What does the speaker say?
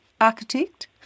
architect